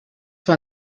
war